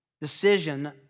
decision